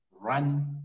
run